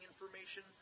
information